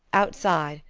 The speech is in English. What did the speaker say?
outside,